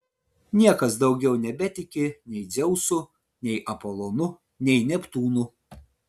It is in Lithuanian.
niekas daugiau nebetiki nei dzeusu nei apolonu nei neptūnu